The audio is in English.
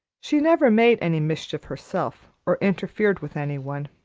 she never made any mischief herself or interfered with any one.